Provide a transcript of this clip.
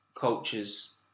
cultures